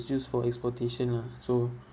just for exportation lah so